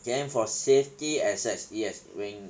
then for safety access it has ring